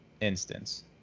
instance